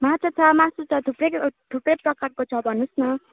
माछा छ मासु छ थुप्रै थुप्रै प्रकारको छ भन्नुहोस् न